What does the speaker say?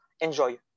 enjoy